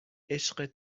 عشق